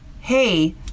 hey